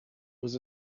was